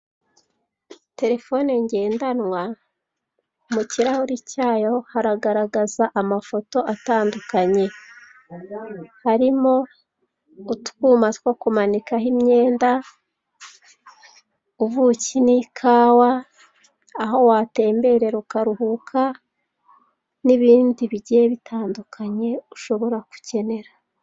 Telefoni ngendanwa, mu kirahuri cyayo haragaragaza amafoto atandukanye, harimo utwuma two kumanikaho imyenda, ubuki n'ikawa, aho watemberera ukaruhuka n'ibindi bigiye bitandukanye ushobora gukenera.